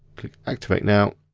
click activate now.